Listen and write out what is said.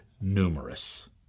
numerous